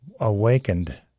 awakened